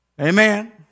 Amen